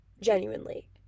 Genuinely